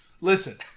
Listen